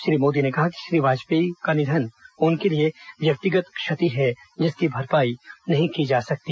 श्री मोदी ने कहा कि श्री वाजपेयी का निधन उनके लिए व्यक्तिगत क्षति है जिसकी भरपाई नहीं की जा सकती